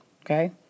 Okay